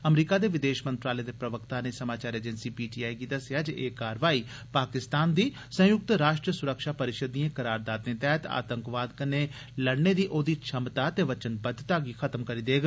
अमरीका दे विदेश मंत्रालय दे प्रवक्ता नै समाचार एजेंसी पीटीआई गी दस्सेआ जे एह कार्रवाई कन्नै पाकिस्तान दी संयुक्त राष्ट्र सुरक्षा परिषद् दिएं करारदातें तैह्त आतंकवाद कन्नै लड़ने दी औदी छमता ते बचनबद्धता गी खत्म करी देग